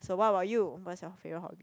so what about you what's your favourite hobby